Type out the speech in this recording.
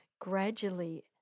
gradually